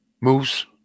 moose